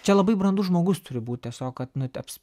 čia labai brandus žmogus turi būt tiesiog kad nuteps